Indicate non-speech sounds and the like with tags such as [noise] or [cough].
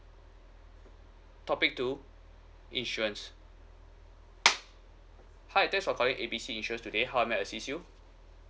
topic two insurance [noise] hi thanks for calling A B C insurance today how may I assist you